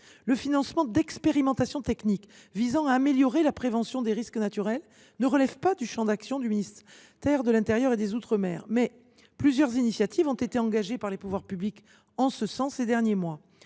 Le financement d’expérimentations techniques visant à améliorer la prévention des risques naturels ne relève pas du champ d’action du ministre de l’intérieur et des outre mer, mais plusieurs initiatives ont été engagées par les pouvoirs publics en ce sens au cours des derniers mois.